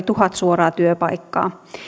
tuhat suoraa työpaikkaa